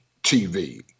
TV